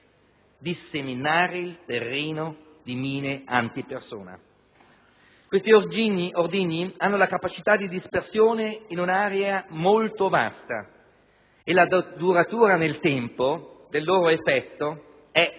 disseminare il terreno di mine antipersona. Questi ordigni hanno una capacità di dispersione in un'area molto vasta e la durata nel tempo del loro effetto è letale.